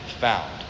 found